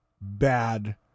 bad